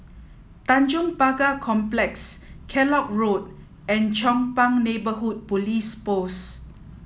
Tanjong Pagar Complex Kellock Road and Chong Pang Neighbourhood Police Post